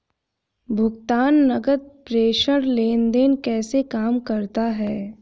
भुगतान नकद प्रेषण लेनदेन कैसे काम करता है?